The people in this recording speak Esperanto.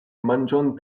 manĝon